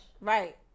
right